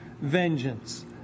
Vengeance